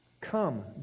Come